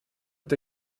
est